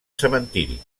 cementeri